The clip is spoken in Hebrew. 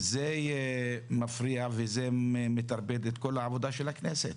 מפריע ומטרפד את עבודת הכנסת.